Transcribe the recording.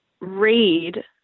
read